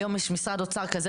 היום יש משרד אוצר כזה,